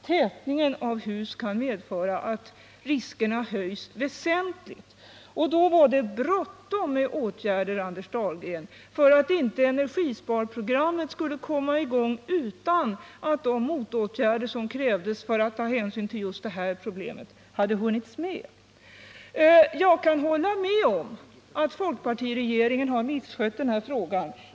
Tätningen av hus kan medföra att riskerna i stället höjs väsentligt. Och då var det bråttom, Anders Dahlgren, för att inte energisparprogrammet skulle komma i gång utan att de motåtgärder som krävdes för att ta hänsyn just till detta problem hade hunnits med. Jag håller med om att folkpartiregeringen har misskött denna fråga.